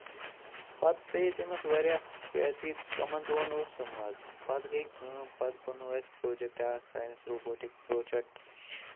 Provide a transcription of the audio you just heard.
پَتہٕ پییہِ تٔمِس واریاہ بےعزتی تِمَن دۄہَن اوس سُہ مَزٕ پَتہٕ گٔے کٲم پَتہٕ بَناو اَسہِ پروجَکٹا اَکھ ساینَس روبوٹِک پروجَکٹ